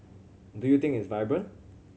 do you think it's vibrant